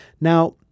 Now